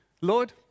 Lord